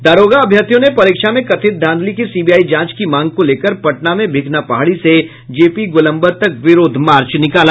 दारोगा अभ्यर्थियों ने परीक्षा में कथित धांधली की सीबीआई जांच की मांग को लेकर पटना में भिखना पहाड़ी से जेपी गोलम्बर तक विरोध मार्च निकाला